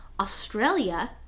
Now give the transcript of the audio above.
Australia